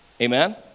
Amen